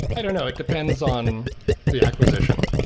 i don't know. it depends on the acquisition.